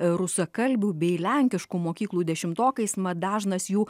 rusakalbių bei lenkiškų mokyklų dešimtokais mat dažnas jų